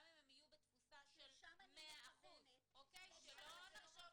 גם אם הן יהיו בתפוסה של 100%. שלשם אני מכוונת.